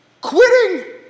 quitting